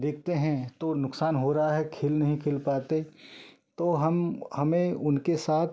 देखते हैं तो नुकसान हो रहा है खेल नहीं खेल पाते तो हम हमें उनके साथ